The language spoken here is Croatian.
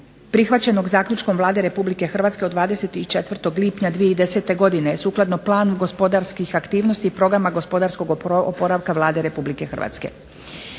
Prihvaćeno zaključkom Vlade Republike Hrvatske u lipnju 2010. godine, a sukladno planu gospodarskih aktivnosti Programa gospodarskog oporavka Vlade Republike Hrvatske.